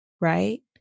right